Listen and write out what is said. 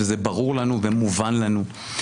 וזה ברור לנו ומובן לנו,